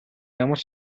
ямар